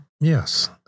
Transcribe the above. Yes